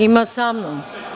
Ima sa mnom.